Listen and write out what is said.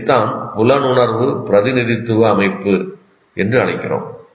இதைத்தான் புலனுணர்வு பிரதிநிதித்துவ அமைப்பு என்று அழைக்கிறோம்